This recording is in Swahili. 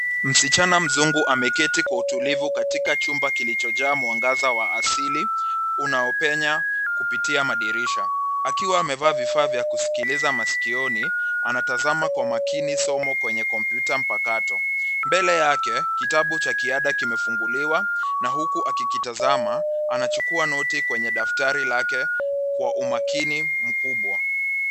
Msichana mzungu ameketi kwa utulivu katika chumba kilichojaa mwangaza wa asili unaopenya kupitia madirisha. Akiwa amevaa vifaa vya kuskiliza maskioni anatazama kwa makini somo kwenye kompyuta mpakato. Mbele yake kitabu cha kiada kimefunguliwa na huku akikitazama anachukua noti kwenye daftari lake kwa umakini mkubwa.